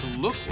look